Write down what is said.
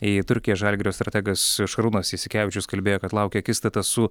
į turkiją žalgirio strategas šarūnas jasikevičius kalbėjo kad laukia akistata su